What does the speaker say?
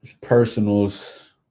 personals